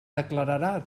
declararà